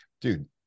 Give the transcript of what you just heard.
dude